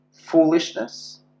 foolishness